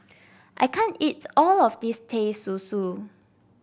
I can't eat all of this Teh Susu